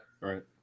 Right